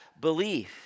belief